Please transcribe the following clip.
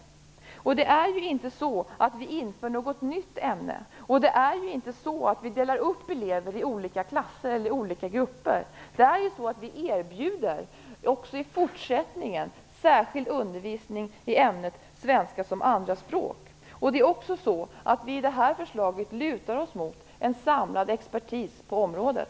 Det är inte så att vi inför något nytt ämne eller att vi delar upp elever i olika klasser eller i olika grupper. Vi erbjuder också i fortsättningen särskild undervisning i ämnet svenska som andra språk. Det är också så att vi i förslaget lutar oss mot en samlad expertis på området.